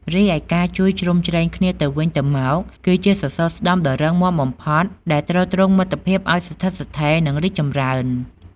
រីឯ ការជួយជ្រោមជ្រែងគ្នាទៅវិញទៅមក គឺជាសសរស្តម្ភដ៏រឹងមាំបំផុតដែលទ្រទ្រង់មិត្តភាពឲ្យស្ថិតស្ថេរ និងរីកចម្រើន។